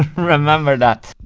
ah remember that.